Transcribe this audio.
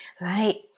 Right